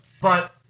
But-